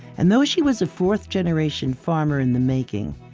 and though she was a fourth-generation farmer in the making,